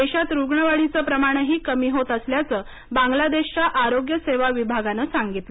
देशात रुग्णवाढीचं प्रमाणही कमी होत असल्याचं बांगलादेशच्या आरोग्य सेवा विभागानं सांगितलं